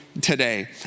today